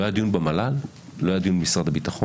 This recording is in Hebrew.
לא היה דיון במל"ל ולא היה דיון במשרד הביטחון.